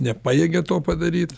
nepajėgia to padaryt